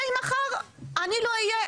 הרי מחר אני לא אהיה,